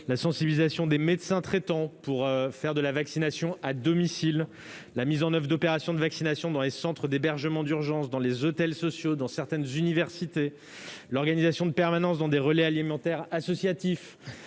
sensibilisation des médecins traitants pour les inciter à proposer la vaccination à domicile, mise en oeuvre d'opérations de vaccination dans les centres d'hébergement d'urgence, dans les hôtels sociaux et dans certaines universités, organisation de permanences dans des relais alimentaires associatifs